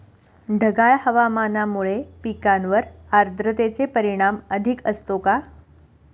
ढगाळ हवामानामुळे पिकांवर आर्द्रतेचे परिणाम अधिक असतो का?